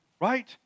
right